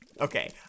Okay